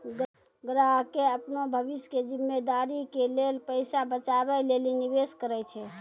ग्राहकें अपनो भविष्य के जिम्मेदारी के लेल पैसा बचाबै लेली निवेश करै छै